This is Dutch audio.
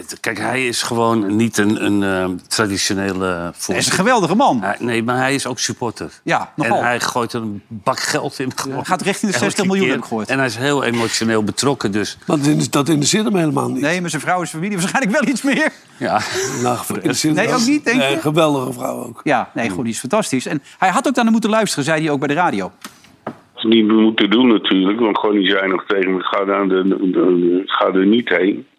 Kijk, hij is gewoon niet een- een, eh, traditionele Hij is een voorzitter. geweldige man. Hij- nee, maar hij is ook supporter. Ja, En nogal. hij gooit een bak geld in. Hij gaat richting de 60 miljoen, Elke keer. heb ik gehoord. En hij is heel emotioneel betrokken, dus- Maar dat- dat interesseert hem helemaal niet. Nee, maar zijn vrouw en zijn familie waarschijnlijk wel iets meer. Ja. Nou, voor- Interesseert hem niet. Nee, ook niet, denk je? Geweldige vrouw ook. Ja, nee, goed, die is fantastisch. En hij had ook dan moeten luisteren, zei hij ook bij de radio. Niet moeten doen natuurlijk, want gewoon die zei nog tegen me, "Ga daar de- de- de- de- ga er niet heen."